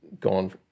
gone